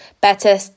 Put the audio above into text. Better